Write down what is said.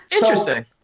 Interesting